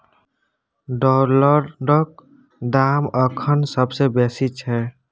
डॉलरक दाम अखन सबसे बेसी छै